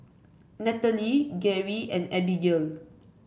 Nathaly Geri and Abigayle